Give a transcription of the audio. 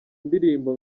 ndirimbo